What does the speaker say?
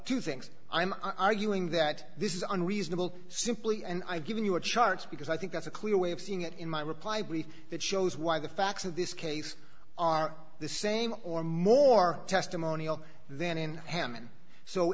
two things i'm arguing that this is unreasonable simply and i've given you a charge because i think that's a clear way of seeing it in my reply brief that shows why the facts of this case are the same or more testimonial then in hammond so